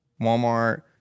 Walmart